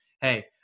hey